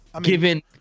Given